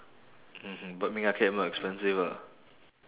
mmhmm but ming arcade more expensive ah